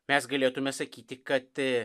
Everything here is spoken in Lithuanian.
mes galėtume sakyti kad